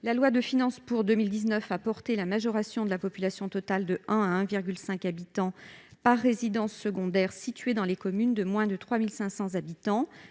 la loi de finances pour 2019 a porté la majoration de la population totale de 1 à 1,5 habitant par résidence secondaire située dans les communes de moins de 3 500 habitants